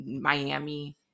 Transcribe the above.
Miami